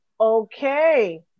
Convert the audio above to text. okay